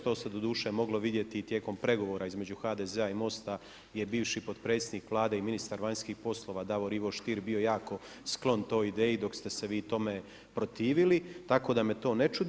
To se doduše moglo vidjeti i tijekom pregovora između HDZ-a i MOST-a je bivši potpredsjednik Vlade i ministar vanjskih poslova Davor Ivo Stier bio jako sklon toj ideji dok ste se vi tome protivili, tako da me to ne čudi.